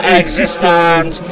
existence